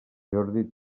jordi